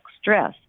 stress